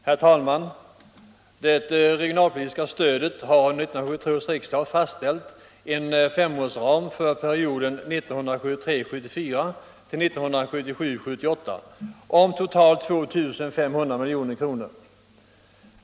Herr talman! För det regionalpolitiska stödet har 1973 års riksdag fastställt en femårsram för perioden 1973 78 om totalt 2 500 milj.kr.